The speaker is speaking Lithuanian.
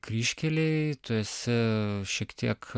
kryžkelėj tu esi šiek tiek